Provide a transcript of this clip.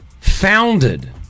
founded